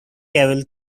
carol